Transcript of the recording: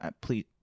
Please